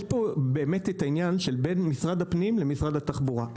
יש פה באמת את העניין של בין משרד הפנים למשרד התחבורה,